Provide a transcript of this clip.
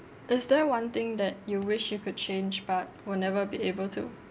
is there one thing that you wish you could change but will never be able to